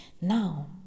Now